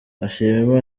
ashima